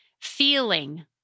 feeling